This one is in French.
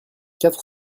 quatre